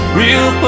real